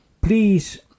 please